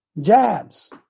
jabs